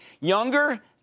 younger